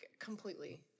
completely